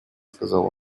сказал